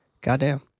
Goddamn